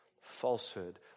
falsehood